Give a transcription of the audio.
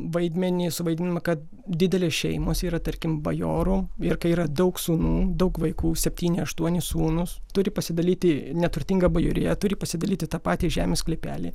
vaidmenį suvaidino kad didelės šeimos yra tarkim bajorų ir kai yra daug sūnų daug vaikų septyni aštuoni sūnūs turi pasidalyti neturtinga bajorija turi pasidalyti tą patį žemės sklypelį